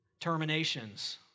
terminations